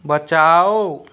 बचाओ